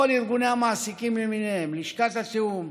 כל ארגוני המעסיקים למיניהם, לשכת התיאום,